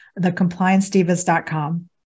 thecompliancedivas.com